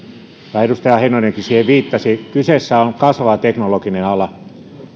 johon edustaja heinonenkin viittasi kyseessä on kasvava teknologinen ala